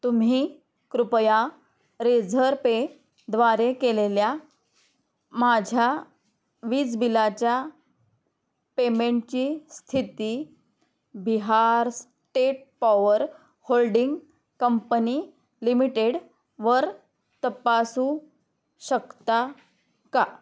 तुम्ही कृपया रेझरपे द्वारे केलेल्या माझ्या वीज बिलाच्या पेमेंटची स्थिती Bihar state power holding company लिमिटेडवर तपासू शकता का